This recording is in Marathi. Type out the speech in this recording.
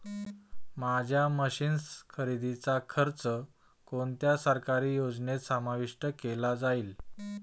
माझ्या मशीन्स खरेदीचा खर्च कोणत्या सरकारी योजनेत समाविष्ट केला जाईल?